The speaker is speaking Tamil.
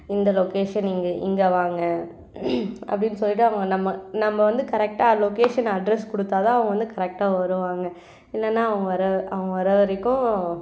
இந்த லொக்கேஷன் இங்கே இங்கே வாங்க அப்படின்னு சொல்லிட்டு அவங்க நம்ம நம்ம வந்து கரெக்டாக லொக்கேஷன் அட்ரெஸ் கொடுத்தாதான் அவங்க வந்து கரெக்டாக வருவாங்க இல்லைன்னா அவங்க வர அவங்க வர வரைக்கும்